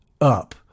up